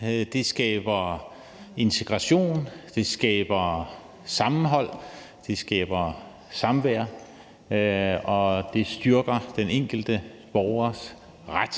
skaber integration, det skaber sammenhold, det skaber samvær, og det styrker den enkelte borgers ret